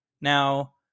Now